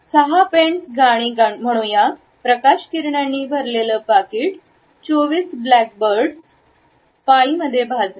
" सहा पेन्स गाणी म्हणू या प्रकाश किरणांनी भरलेलं पाकीट चौवीस ब्लॅकबर्ड्स पाईमध्ये भाजलेले